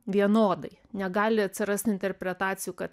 vienodai negali atsirast interpretacijų kad